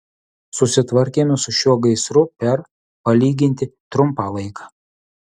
susitvarkėme su šiuo gaisru per palyginti trumpą laiką